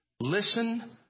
Listen